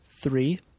Three